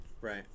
Right